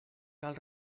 cal